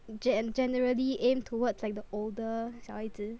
in ge~ generally aim towards like the older kind of 小孩子